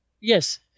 Yes